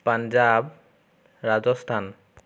Punjab Rajasthan